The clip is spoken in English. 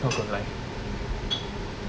how to like